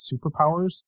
superpowers